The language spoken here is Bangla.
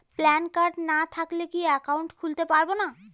প্যান কার্ড না থাকলে কি একাউন্ট খুলতে পারবো না?